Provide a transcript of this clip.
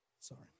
Sorry